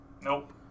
Nope